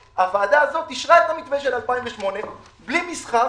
הוועדה הזאת אישרה את המתווה של 2008 בלי מסחר,